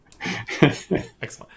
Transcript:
Excellent